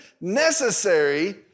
necessary